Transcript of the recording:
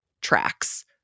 tracks